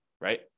right